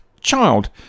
child